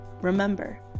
Remember